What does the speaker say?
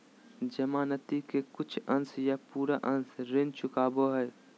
जमानती के कुछ अंश या पूरा अंश ऋण चुकावो हय